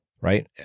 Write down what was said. right